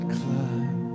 climb